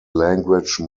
language